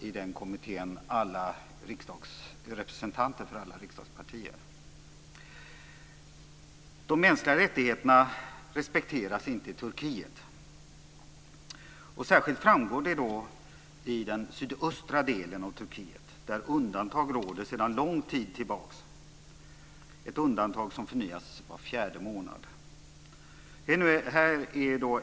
I den kommittén ingår representanter för alla riksdagspartier. De mänskliga rättigheterna respekteras inte i Turkiet. Särskilt framgår det i den sydöstra delen av Turkiet, där undantagstillstånd råder sedan lång tid tillbaka - ett undantag som förnyas var fjärde månad.